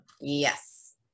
Yes